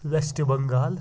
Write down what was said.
ویسٹہٕ بنٛگال